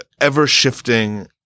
ever-shifting